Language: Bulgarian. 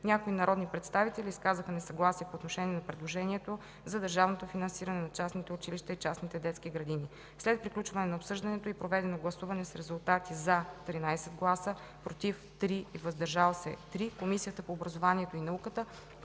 Някои народни представители изказаха несъгласие по отношение на предложението за държавно финансиране на частните училища и частните детски градини. След приключване на обсъждането и проведено гласуване с резултати: 13 гласа „за”, „против” 3 и „въздържали се” 3, Комисията по образованието и науката